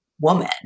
woman